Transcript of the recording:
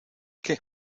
qué